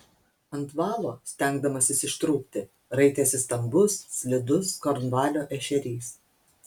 ant valo stengdamasis ištrūkti raitėsi stambus slidus kornvalio ešerys